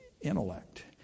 intellect